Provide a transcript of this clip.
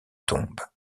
tombe